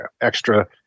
extra